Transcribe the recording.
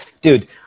dude